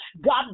God